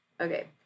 Okay